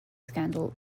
scandal